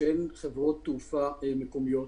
שאין חברות תעופה מקומיות